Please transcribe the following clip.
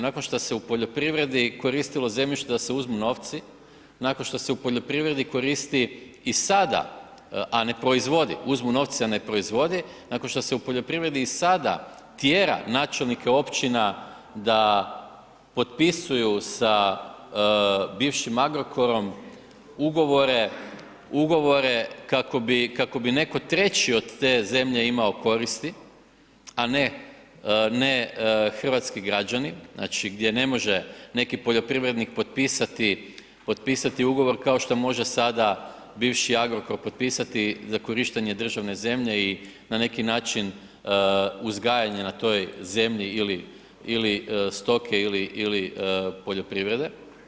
Nakon što se u poljoprivredi koristilo zemljište da se uzmu novci, nakon što se u poljoprivredi koristi i sada, a ne proizvodi, uzmu novci, a ne proizvodi, nakon što se u poljoprivredi i sada tjera načelnike općina da potpisuju sa bivšim Agrokorom ugovore kako bi netko treći od te zemlje imao koristi, a ne hrvatski građani, znači gdje ne može neki poljoprivrednik potpisati ugovor kao šta može sada bivši Agrokor potpisati za korištenje državne zemlje i na neki način uzgajanje na toj zemlji ili stoke ili poljoprivrede.